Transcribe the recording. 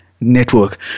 Network